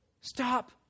stop